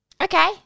Okay